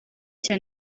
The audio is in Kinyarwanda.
cya